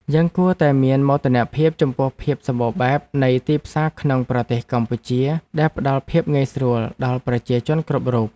យើងគួរតែមានមោទនភាពចំពោះភាពសម្បូរបែបនៃទីផ្សារក្នុងប្រទេសកម្ពុជាដែលផ្ដល់ភាពងាយស្រួលដល់ប្រជាជនគ្រប់រូប។